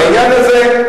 בעניין הזה,